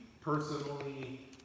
personally